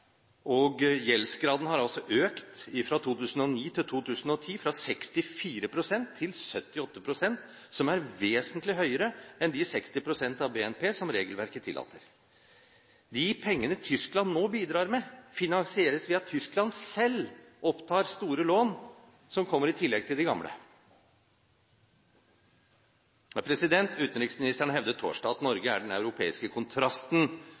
Gjeldsgraden har økt fra 2009 til 2010, fra 64 pst. til 78 pst, som er vesentlig høyere enn de 60 pst. av BNP som regelverket tillater. De pengene Tyskland nå bidrar med, finansieres ved at Tyskland selv opptar store lån, som kommer i tillegg til de gamle. Utenriksministeren hevdet torsdag at Norge er den europeiske kontrasten,